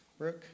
Brooke